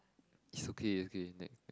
it's okay okay then